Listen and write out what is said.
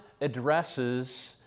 addresses